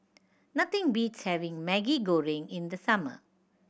nothing beats having Maggi Goreng in the summer